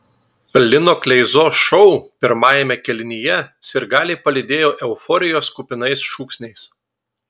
lino kleizos šou pirmajame kėlinyje sirgaliai palydėjo euforijos kupinais šūksniais